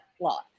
law